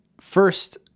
first